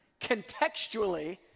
contextually